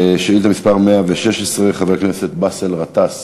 שאילתה מס' 116, של חבר הכנסת באסל גטאס: